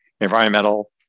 environmental